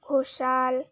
Ghoshal